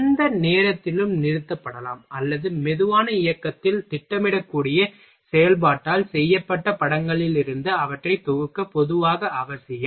எந்த நேரத்திலும் நிறுத்தப்படலாம் அல்லது மெதுவான இயக்கத்தில் திட்டமிடக்கூடிய செயல்பாட்டால் செய்யப்பட்ட படங்களிலிருந்து அவற்றை தொகுக்க பொதுவாக அவசியம்